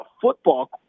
football